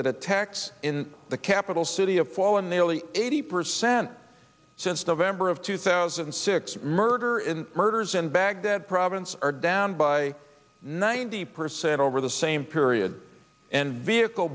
that attacks in the capital the a fall in the early eighty percent since november of two thousand and six murder in murders in baghdad province are down by ninety percent over the same period and vehicle